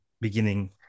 beginning